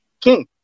king